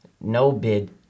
no-bid